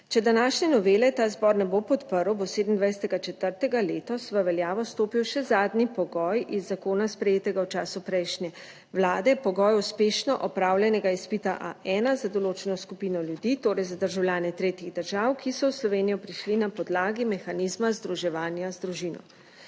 Če današnje novele ta zbor ne bo podprl, bo 27. 4. letos v veljavo stopil še zadnji pogoj iz zakona, sprejetega v času prejšnje vlade, pogoj uspešno opravljenega izpita A1 za določeno skupino ljudi, torej za državljane tretjih držav, ki so v Slovenijo prišli na podlagi mehanizma združevanja z družino.